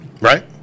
Right